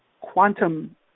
quantum